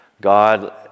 God